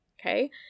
okay